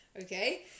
okay